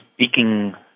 speaking